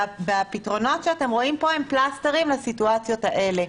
והפתרונות שאתם רואים פה הם פלסטרים לסיטואציות האלה.